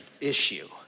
issue